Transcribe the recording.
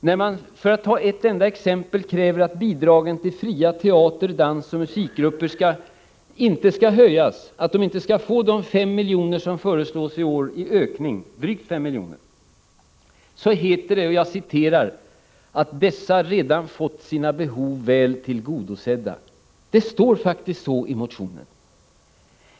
När de, för att ta ett enda exempel, kräver att fria teater-, dansoch musikgrupper inte skall få de drygt fem miljoner som föreslås heter det att dessa ”redan fått sina behov väl tillgodosedda”. Det står faktiskt så i motionen.